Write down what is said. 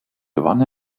gewann